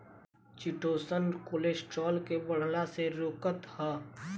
chitosan cholesterol के बढ़ला से रोकत हअ